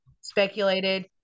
speculated